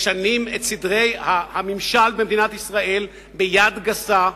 משנים את סדרי הממשל במדינת ישראל ביד גסה,